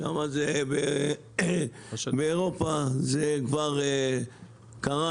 כי באירופה זה כבר קרס,